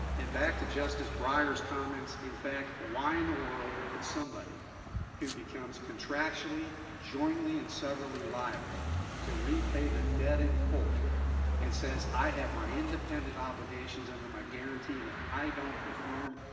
and back to justice breyer's comments, in fact, why in the world that somebody who becomes contractually, jointly and severally liable to repay the debt in full and says, i have my independent obligations under my guaranty, and if i don't perform,